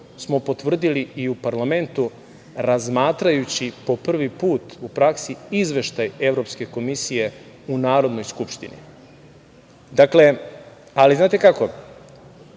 smo potvrdili i u parlamentu razmatrajući po prvi put u praksi izveštaj Evropske komisije u Narodnoj skupštini. Ali, znate kako,